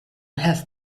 have